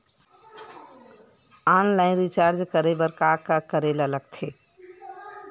Online recharge करे बर का का करे ल लगथे?